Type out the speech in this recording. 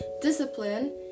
discipline